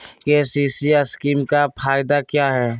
KCC scheme का फायदा क्या है?